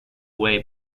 way